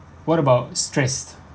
what about stress